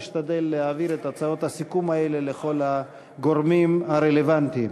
להשתדל להעביר את כל הצעות הסיכום האלה לכל הגורמים הרלוונטיים.